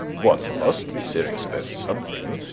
one must be serious about something,